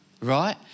right